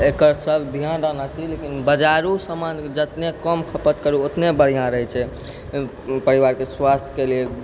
एकर सब ध्यान रहना चाही लेकिन बजारू सामान जतने कम खपत करू ओतने बढ़िआँ रहै छै परिवारके स्वास्थके लिए